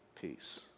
Peace